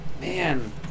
man